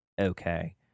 Okay